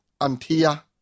antia